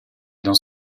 dans